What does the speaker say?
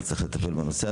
וצריך לטפל בנושא הזה.